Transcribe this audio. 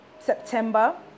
September